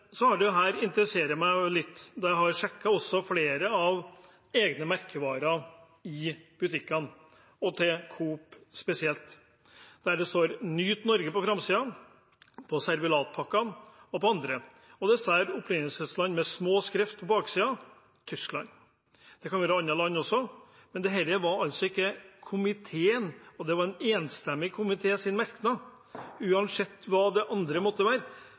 meg litt. Jeg har også sjekket flere av egne merkevarer i butikkene, og hos Coop spesielt. Det står Nyt Norge på framsiden av servelatpakkene og på andre ting, og det står opprinnelsesland med liten skrift på baksiden: Tyskland. Det kan være andre land også. Dette var altså ikke komiteens intensjon, og det var en enstemmig komitémerknad, uansett hva det andre måtte være.